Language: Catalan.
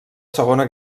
segona